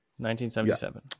1977